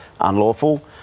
unlawful